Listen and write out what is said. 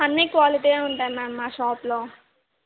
అన్నీ క్వాలిటీయే ఉంటాయి మ్యామ్ మా షాప్లో